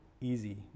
easy